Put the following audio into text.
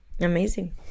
Amazing